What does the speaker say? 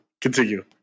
continue